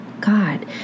God